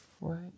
right